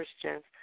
Christians